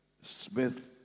Smith